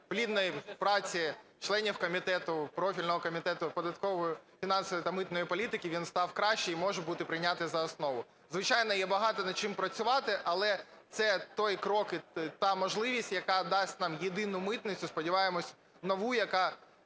плідній праці членів комітету, профільного Комітету податкової, фінансової та митної політики він став кращий і може бути прийнятий за основу. звичайно, є багато над чим працювати. Але це той крок і та можливість, яка дасть нам єдину митницю, сподіваємося, нову, яка